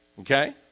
Okay